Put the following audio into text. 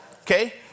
Okay